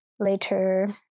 later